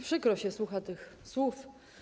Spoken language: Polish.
Przykro się słucha tych słów.